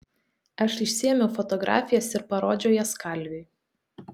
aš išsiėmiau fotografijas ir parodžiau jas kalviui